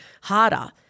harder